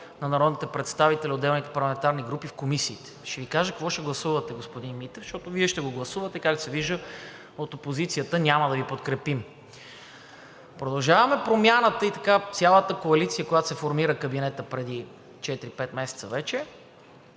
отделните парламентарни групи, в комисиите. Ще Ви кажа какво ще гласувате, господин Митев, защото Вие ще го гласувате, както се вижда, от опозицията няма да Ви подкрепим. „Продължаваме Промяната“ и цялата коалиция, от която се формира кабинетът преди 4 – 5 месеца вече,